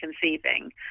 conceiving